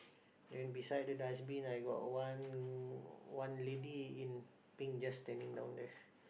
then beside the dustbin I got one one lady in pink just standing down there